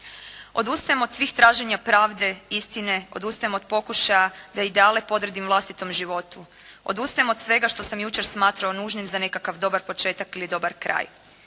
"Odustajem od svih traženja pravde, istine, odustajem od pokušaja da ideale podredim vlastitom životu. Odustajem od svega što sam jučer smatrao nužnim za nekakav dobar početak ili dobar kraj.